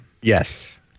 Yes